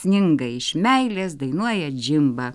sninga iš meilės dainuoja džimba